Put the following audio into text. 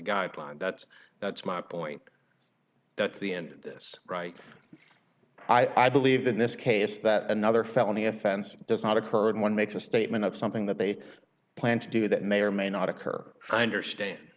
guideline that's that's my point that's the end of this right i believe in this case that another felony offense does not occur and one makes a statement of something that they plan to do that may or may not occur i